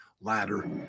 ladder